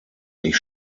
ich